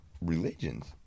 religions